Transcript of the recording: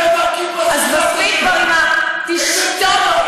אז מספיק כבר עם, הכיפה, תשתוק.